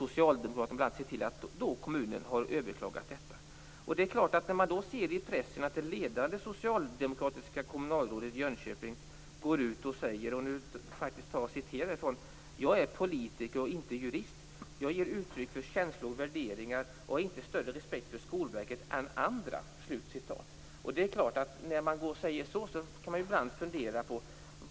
Socialdemokraterna sett till att kommunen har överklagat beslutet. Man läser i pressen att det ledande socialdemokratiska kommunalrådet i Jönköping gått ut och sagt följande: Jag är politiker och inte jurist. Jag ger uttryck för känslor och värderingar och har inte större respekt för Skolverket än andra.